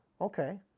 Okay